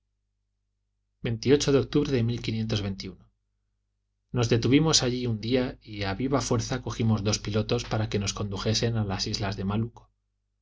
de octubre de nos detuvimos allí un día y a viva fuerza cogimos dos pilotos para que nos condujesen a las islas malucco